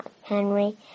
Henry